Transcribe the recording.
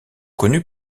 connu